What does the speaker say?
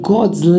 God's